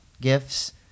gifts